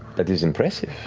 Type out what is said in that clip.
that is impressive.